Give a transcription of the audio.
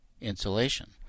insulation